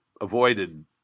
avoided